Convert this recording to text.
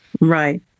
Right